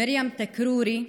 מרים תכרורי,